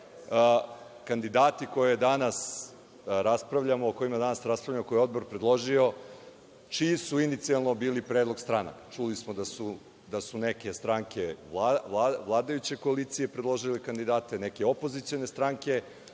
da čujem je kandidati o kojima danas raspravljamo, koje je Odbor predložio, čiji su inicijalno bili predlog stranaka? Čuli smo da su neke stranke vladajuće koalicije predložile kandidate, neke opozicione stranke,